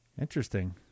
Interesting